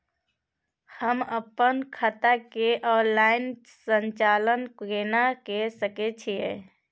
हम अपन खाता के ऑनलाइन संचालन केना के सकै छी?